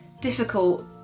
difficult